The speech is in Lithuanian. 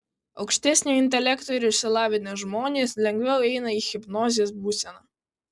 aukštesnio intelekto ir išsilavinę žmonės lengviau įeina į hipnozės būseną